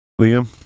liam